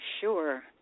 sure